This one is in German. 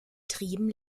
trieben